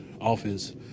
offense